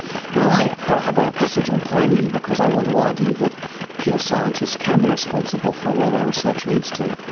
now i have have a passage on polanyi because i want to argue that pure scientists can be responsible for where their research leads to,